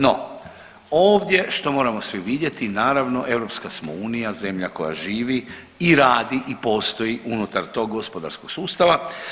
No, ovdje što moramo svi vidjeti naravno Europska smo unija, zemlja koja živi i radi i postoji unutar tog gospodarskog sustava.